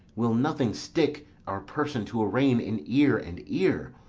will nothing stick our person to arraign in ear and ear.